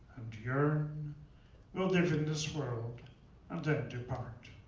and yearn will live in this world and then depart.